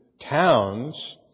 towns